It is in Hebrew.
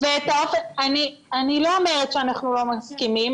אני לא אומרת שאנחנו לא מסכימים,